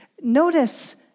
Notice